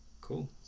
Cool